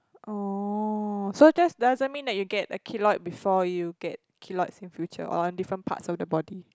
oh so just doesn't mean that you get a keloid before you get keloids in future or on different parts of the body